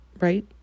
right